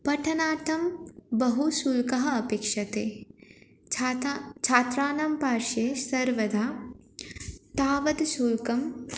पठनार्थं बहु शुल्कः अपेक्ष्यते छात्राणां छात्राणां पार्श्वे सर्वदा तावद् शुल्कं